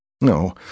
No